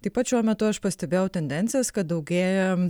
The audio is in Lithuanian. taip pat šiuo metu aš pastebėjau tendencijas kad daugėja